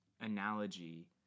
analogy